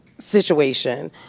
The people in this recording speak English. Situation